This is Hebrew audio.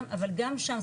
אבל גם שם,